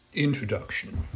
Introduction